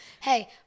Hey